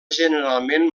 generalment